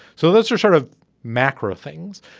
so that's your sort of macro things.